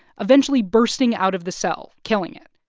eventually bursting out of the cell, killing it.